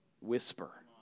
whisper